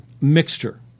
mixture